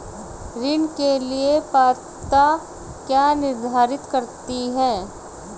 ऋण के लिए पात्रता क्या निर्धारित करती है?